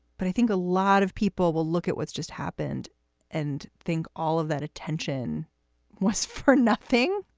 but i think a lot of people will look at what's just happened and think all of that attention was for nothing.